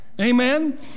Amen